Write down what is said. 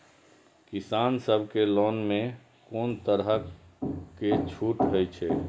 किसान सब के लोन में कोनो तरह के छूट हे छे?